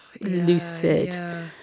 lucid